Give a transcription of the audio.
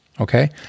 okay